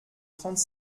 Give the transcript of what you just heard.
trente